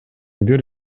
бир